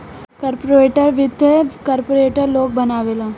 corporate वित्त corporate लोग बनावेला